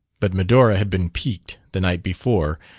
but medora had been piqued, the night before,